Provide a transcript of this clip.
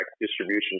distribution